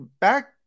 back